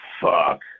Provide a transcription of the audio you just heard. fuck